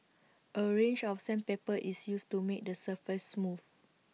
A range of sandpaper is used to make the surface smooth